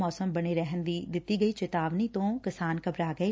ਮੌਸਮ ਬਣੇ ਰਹਿਣ ਦੀ ਦਿੱਤੀ ਗਈ ਚੇਤਾਵਨੀ ਤੋਂ ਕਿਸਾਨ ਘਬਰਾ ਗਏ